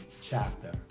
chapter